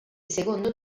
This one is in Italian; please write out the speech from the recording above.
secondo